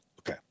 Okay